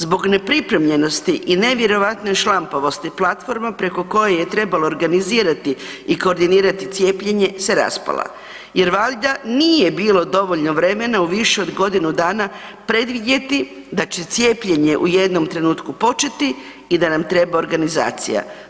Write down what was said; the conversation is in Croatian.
Zbog nepripremljenosti i nevjerojatne šlampavosti platforma preko koje je trebalo organizirati i koordinirati cijepljenje se raspala jer valjda nije bilo dovoljno vremena u više od godinu dana predvidjeti da će cijepljenje u jednom trenutku početi i da nam treba organizacija.